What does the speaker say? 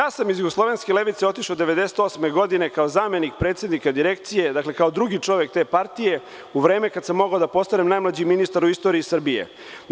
Ja sam iz JUL-a otišao 1998. godine kao zamenik predsednika Direkcije, znači, kao drugi čovek te partije, u vreme kada sam mogao da postanem najmlađi ministar u istoriji Srbije.